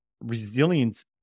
resilience